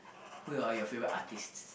who are your favourite artists